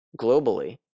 globally